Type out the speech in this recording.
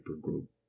group